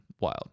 wild